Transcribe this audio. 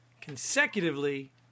consecutively